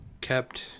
kept